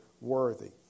worthy